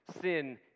sin